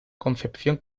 concepción